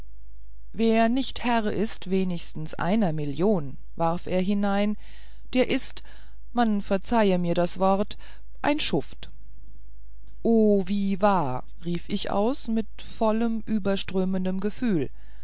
wer nicht herr ist wenigstens einer million warf er hinein der ist man verzeihe mir das wort ein schuft o wie wahr rief ich aus mit vollem überströmenden gefühl